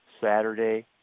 Saturday